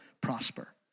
prosper